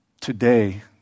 Today